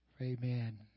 Amen